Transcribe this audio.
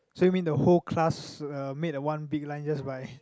so you mean the whole class uh make the one big line just by